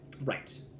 Right